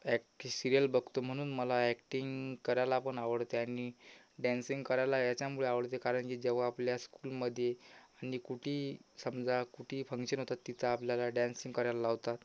ॲक् serial बघतो म्हणून मला ॲक्टिंग करायला पण आवडते आणि डॅन्सिंग करायला ह्याच्यामुळे आवडते कारण की जेव्हा आपल्या स्कूलमध्ये आणि कुठे समजा कुठे फंक्शन होतं तिथं आपल्याला डॅन्सिंग करायला लावतात